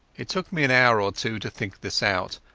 it took me an hour or two to think this out,